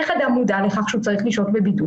יש מספר דרכים לכך שאדם מודע לכך שהוא צריך לשהות בבידוד.